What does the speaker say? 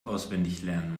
auswendiglernen